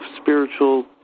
spiritual